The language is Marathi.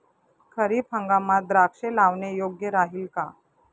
खरीप हंगामात द्राक्षे लावणे योग्य राहिल का?